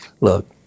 look